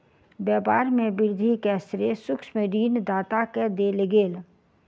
व्यापार में वृद्धि के श्रेय सूक्ष्म ऋण दाता के देल गेल